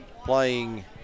playing